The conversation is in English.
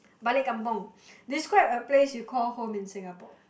balik-kampung describe a place you call home in Singapore